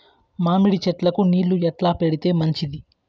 మామిడి చెట్లకు నీళ్లు ఎట్లా పెడితే మంచిది?